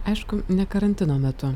aišku ne karantino metu